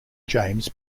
james